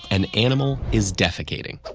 an animal is defecating.